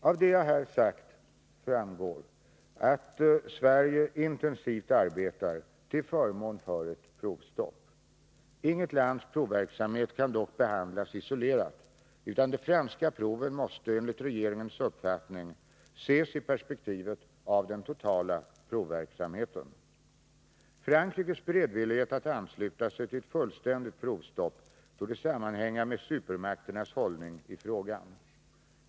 Av det jag här sagt framgår att Sverige intensivt arbetar till förmån för ett provstopp. Inget lands provverksamhet kan dock behandlas isolerat, utan de franska proven måste enligt regeringens uppfattning ses i perspektivet av den totala provverksamheten. Frankrikes beredvillighet att ansluta sig till ett fullständigt provstopp torde sammanhänga med supermakternas hållning i frågan.